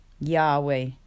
Yahweh